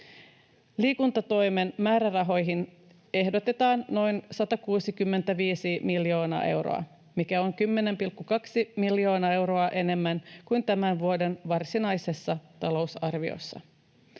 Liikuntatoimen määrärahoihin ehdotetaan noin 165 miljoonaa euroa, mikä on 10,2 miljoonaa euroa enemmän kuin tämän vuoden varsinaisessa talousarviossa.